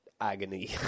agony